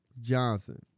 Johnson